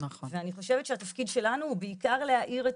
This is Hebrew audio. ואני חושבת שהתפקיד שלנו הוא בעיקר להאיר את